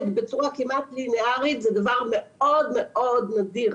בצורה כמעט לינארית זה דבר מאוד מאוד נדיר.